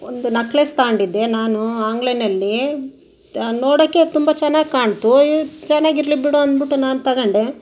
ಒಂದು ನಕ್ಲಿಸ್ ತಗೊಂಡಿದ್ದೆ ನಾನು ಆನ್ಲೈನಲ್ಲಿ ತ್ ನೋಡೋಕ್ಕೆ ತುಂಬ ಚೆನ್ನಾಗಿ ಕಾಣ್ತು ಚೆನ್ನಾಗಿರ್ಲಿ ಬಿಡು ಅಂದ್ಬಿಟ್ಟು ನಾನು ತಗೊಂಡೆ